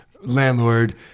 landlord